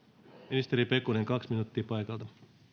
ministeri pekonen kaksi minuuttia paikalta